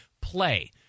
PLAY